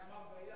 את זה אמר דיין.